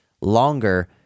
longer